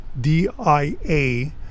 D-I-A